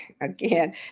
Again